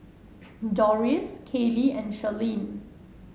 Dorris Kaylie and Charline